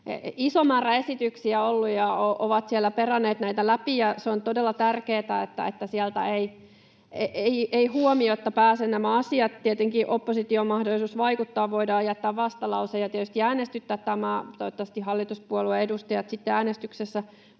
iso määrä esityksiä ja he ovat siellä peranneet näitä läpi. Se on todella tärkeätä, että sieltä eivät huomiotta pääse nämä asiat. Tietenkin oppositiolla on mahdollisuus vaikuttaa, voidaan jättää vastalause ja tietysti äänestyttää tämä — toivottavasti hallituspuolueiden edustajat sitten äänestyksessä